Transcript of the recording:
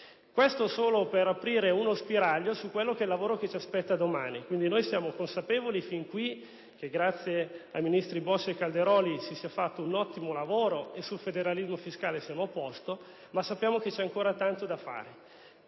che rivolgo per aprire uno spiraglio sul lavoro che ci aspetta domani. Siamo consapevoli che fin qui, grazie ai ministri Bossi e Calderoli, si è fatto un ottimo lavoro e sul federalismo fiscale siamo a posto, ma sappiamo che c'è ancora tanto da fare.